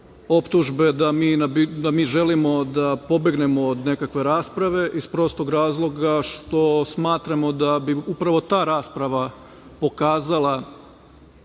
optužbe da mi želimo da pobegnemo od nekakve rasprave iz prostog razloga što smatramo da bi upravo ta rasprava pokazala